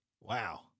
Wow